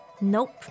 Nope